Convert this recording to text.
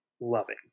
loving